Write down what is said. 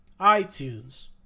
iTunes